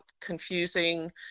confusing